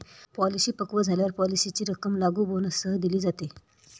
Policy पक्व झाल्यावर पॉलिसीची रक्कम लागू बोनससह दिली जाते का?